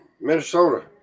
Minnesota